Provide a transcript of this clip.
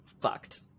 fucked